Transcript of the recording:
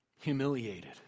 Humiliated